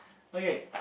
okay